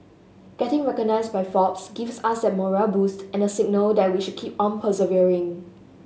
getting recognised by Forbes gives us that morale boost and the signal that we should keep on persevering